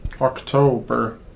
October